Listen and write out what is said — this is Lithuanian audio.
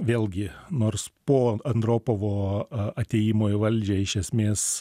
vėlgi nors po andropovo atėjimo į valdžią iš esmės